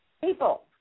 People